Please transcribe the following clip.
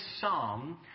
psalm